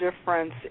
difference